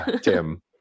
Tim